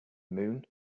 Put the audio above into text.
moon